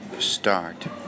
start